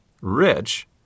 rich